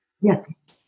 Yes